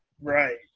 Right